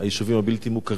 כשמדובר על השתלטות